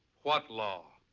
what law?